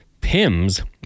Pims